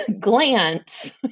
glance